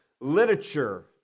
literature